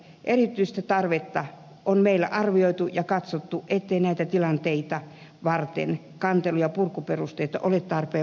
erityistä tarvetta on meillä arvioitu ja katsottu ettei näitä tilanteita varten kantelu ja purkuperusteita ole tarpeen muuttaa